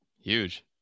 huge